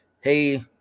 hey